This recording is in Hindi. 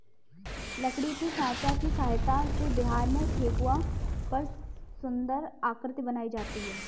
लकड़ी के साँचा की सहायता से बिहार में ठेकुआ पर सुन्दर आकृति बनाई जाती है